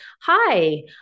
hi